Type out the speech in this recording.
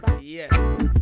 Yes